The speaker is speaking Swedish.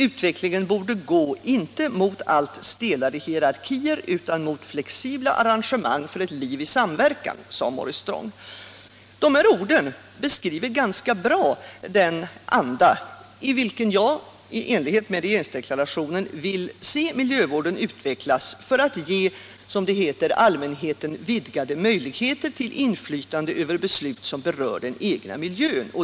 Utvecklingen borde gå inte mot allt stelare hierarkier utan mot flexibla arrangemang för ett liv i samverkan. Dessa ord beskriver ganska bra den anda i vilken jag i enlighet med regeringsdeklarationen vill se miljövården utvecklas för att ge, som det heter, allmänheten vidgade möjligheter till inflytande över beslut som berör den egna miljön.